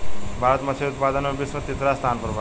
भारत मछली उतपादन में विश्व में तिसरा स्थान पर बा